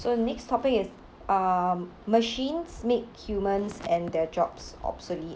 so the next topic is um machines make humans and their jobs obsolete